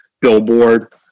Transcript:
billboard